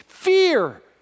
Fear